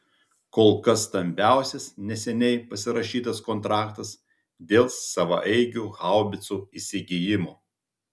kol kas stambiausias neseniai pasirašytas kontraktas dėl savaeigių haubicų įsigijimo